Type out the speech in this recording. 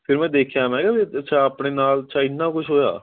ਫਿਰ ਮੈਂ ਦੇਖਿਆ ਮੈਂ ਕਿਹਾ ਵੀ ਅੱਛਾ ਆਪਣੇ ਨਾਲ ਅੱਛਾ ਇੰਨਾ ਕੁਛ ਹੋਇਆ